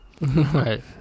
Right